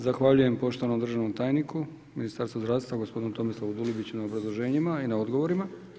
Zahvaljujem poštovanom državnom tajniku Ministarstva zdravstva gospodinu Tomislavu Dulibiću na obrazloženjima i na odgovorima.